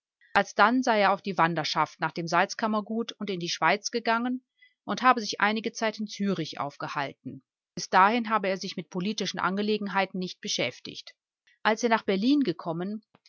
alsdann sei er auf die wanderschaft nach dem salzkammergut und die schweiz gegangen und habe sich einige zeit in zürich aufgehalten bis dahin habe er sich mit politischen angelegenheiten nicht beschäftigt als er nach berlin gekommen